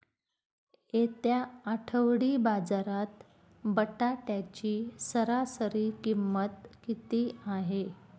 येत्या आठवडी बाजारात बटाट्याची सरासरी किंमत किती आहे?